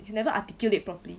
you never articulate properly